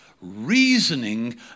reasoning